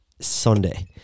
Sunday